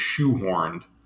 shoehorned